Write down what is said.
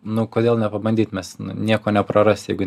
nu kodėl nepabandyt nes nieko neprarasi jeigu